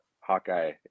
Hawkeye